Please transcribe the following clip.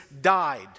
died